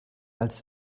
als